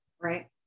Right